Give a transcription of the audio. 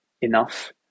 enough